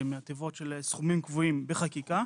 שהן הטבות של סכומים קבועים בחקיקה.